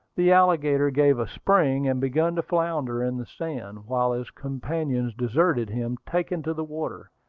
the alligator gave a spring, and began to flounder in the sand, while his companions deserted him, taking to the water.